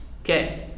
okay